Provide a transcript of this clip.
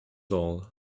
all